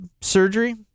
surgery